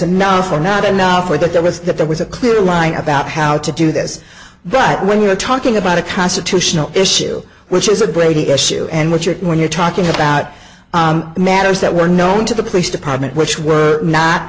enough or not enough or that there was that there was a clear line about how to do this but when you're talking about a constitutional issue which is a brady issue and what you're when you're talking about matters that were known to the police department which were not